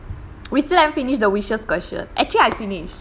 we still haven't finished the wishes question actually I finished